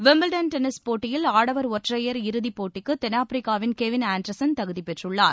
Wimbledon tennis போட்டியில் ஆடவர் ஒற்றையர் இறுதிப் போட்டிக்கு தென்னாப்பிரிக்காவின் கெவின் ஆண்டர்சன் தகுதிப் பெற்றுள்ளார்